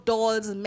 Dolls